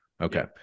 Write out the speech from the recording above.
okay